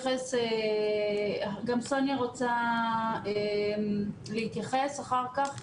גם סוניה רוצה להתייחס אחר כך.